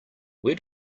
where